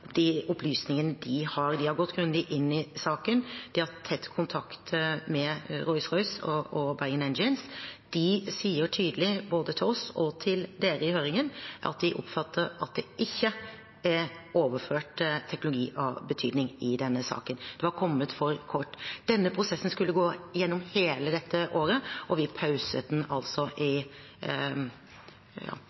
de opplysningene de har. De har gått grundig inn i saken og hatt tett kontakt med Rolls-Royce og Bergen Engines. De sier tydelig, både til oss og til dere i høringen, at de oppfatter at det ikke er overført teknologi av betydning i denne saken. Den var kommet for kort. Denne prosessen skulle gå gjennom hele dette året, og vi pauset den